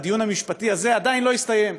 והדיון המשפטי הזה עדיין לא הסתיים.